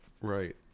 Right